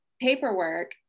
paperwork